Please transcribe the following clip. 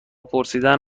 پرسیدن